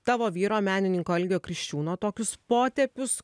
tavo vyro menininko algio kriščiūno tokius potėpius